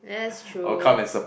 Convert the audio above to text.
that's true